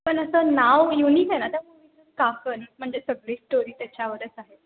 पण असं नाव युनिक आहे ना त्या काकण म्हणजे सगळी स्टोरी त्याच्यावरच आहे